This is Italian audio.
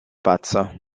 pazzo